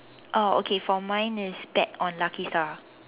oh okay for mine is bet on lucky star